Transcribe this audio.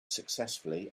successfully